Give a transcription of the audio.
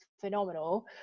phenomenal